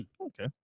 Okay